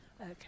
Okay